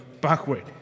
backward